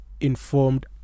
informed